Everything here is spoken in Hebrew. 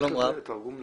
רייכר זה תרגום לעשיר,